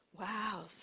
Wow